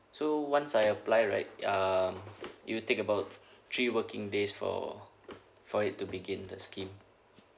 so once I applied right um it'll take about three working days for for it to begin the scheme